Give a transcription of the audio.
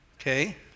okay